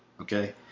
okay